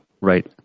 Right